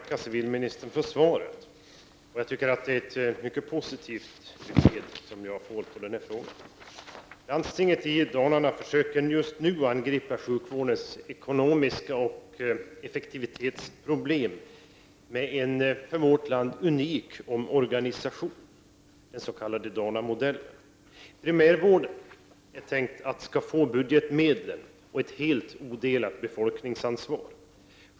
Herr talman! Jag ber att få tacka civilministern för svaret. Jag tycker att det är ett mycket positivt besked som jag får som svar på denna fråga. Landstinget i Dalarna försöker nu angripa sjukvårdens ekonomiska problem och effektivitetsproblem med en för vårt land unik omorganisation, den s.k. Dalamodellen. Det är tänkt att primärvården skall få budgetmedel och ett helt odelat befolkningsansvar.